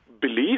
belief